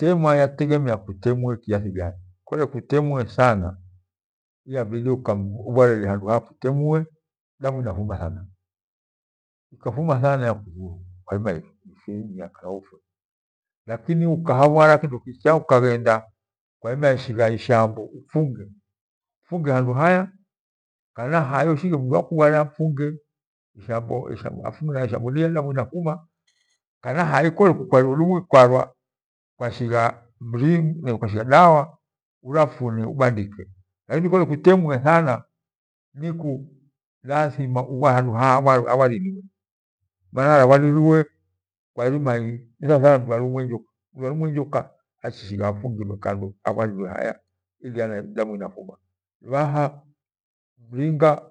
Hemwa yategemea ku kutemiwe kiathi gani kole kutemiwe sana iyabidi ukanilubharilia handa haya kutemiwe damu inafuna thana ikafuna thana yairima ikuthuru. Lakini ukahabhara kindokicha kwaima ikusha ishambo upfunge handu haya kana hai ushighe mdu akubhare apfunge ishambo ishambo lia damu inafuma kana kole hai kwa- kwashigha mri kwashigha dawa urapfume ubandike. Lakini kole kutemwe thana niku handu haya lathima habha riliwe, mana harabhariliwe thawa thaw ani thamdu alumiwe ni nyolea. Mdu alumiwe ni njoka akishi gha apfungi kando achariliwe haya ili ili damu inafuma, luvaha mringa